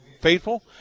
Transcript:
faithful